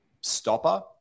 stopper